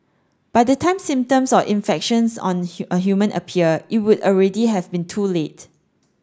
by the time symptoms of infections on a human appear it would already have been too late